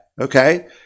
okay